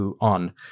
on